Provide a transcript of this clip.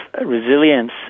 resilience